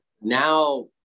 now